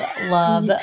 love